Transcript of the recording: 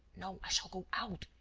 no, i shall go out.